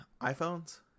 iPhones